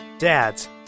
Dads